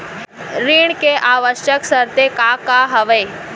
ऋण के आवश्यक शर्तें का का हवे?